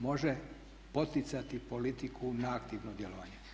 Može poticati politiku na aktivno djelovanje.